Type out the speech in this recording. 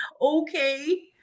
Okay